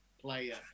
player